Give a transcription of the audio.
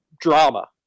drama